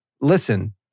listen